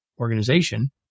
organization